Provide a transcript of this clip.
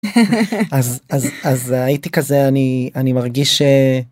אז אז אז הייתי כזה אני אני מרגיש.